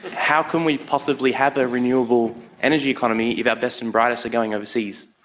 how can we possibly have a renewable energy economy is our best and brightest are going overseas?